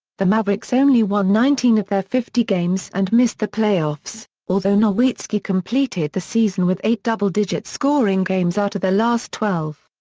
the mavericks only won nineteen of their fifty games and missed the playoffs, although nowitzki completed the season with eight double-digit scoring games out of the last twelve.